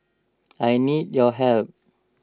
I need your help